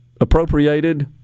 Appropriated